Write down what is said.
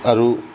আৰু